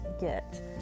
get